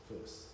first